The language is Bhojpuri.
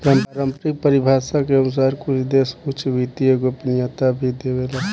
पारम्परिक परिभाषा के अनुसार कुछ देश उच्च वित्तीय गोपनीयता भी देवेला